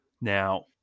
Now